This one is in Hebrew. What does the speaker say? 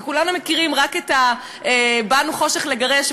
כי כולנו מכירים רק את "באנו חושך לגרש",